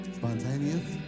spontaneous